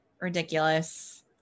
ridiculous